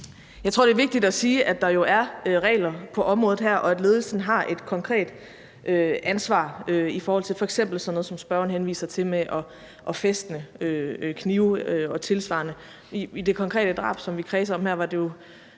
Jeg tror, det er vigtigt at sige, der jo er regler på området her, og at ledelsen har et konkret ansvar i forhold til f.eks. sådan noget, som spørgeren henviser til, med at fæstne knive og tilsvarende. I det konkrete drab, som vi kredser om her, var det